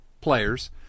players